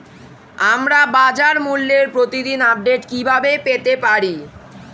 আমরা বাজারমূল্যের প্রতিদিন আপডেট কিভাবে পেতে পারি?